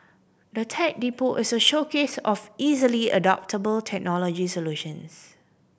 the Tech Depot is a showcase of easily adoptable technology solutions